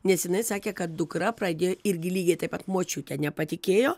nes jinai sakė kad dukra pradėjo irgi lygiai taip pat močiutė nepatikėjo